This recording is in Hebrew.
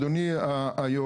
אדוני יושב הראש,